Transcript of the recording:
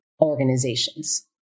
organizations